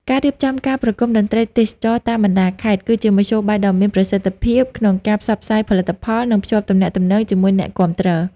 ការរៀបចំការប្រគំតន្ត្រីទេសចរណ៍តាមបណ្តាខេត្ត គឺជាមធ្យោបាយដ៏មានប្រសិទ្ធភាពក្នុងការផ្សព្វផ្សាយផលិតផល និងភ្ជាប់ទំនាក់ទំនងជាមួយអ្នកគាំទ្រ។